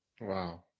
Wow